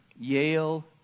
Yale